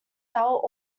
felt